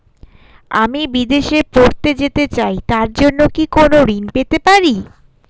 আমি বিদেশে পড়তে যেতে চাই তার জন্য কি কোন ঋণ পেতে পারি?